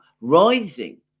rising